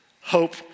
Hope